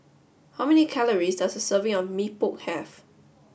how many calories does a serving of Mee Pok have